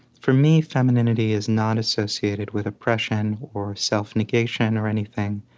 for me, femininity is not associated with oppression or self-negation or anything.